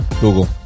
google